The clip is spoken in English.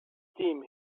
steam